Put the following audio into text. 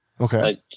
Okay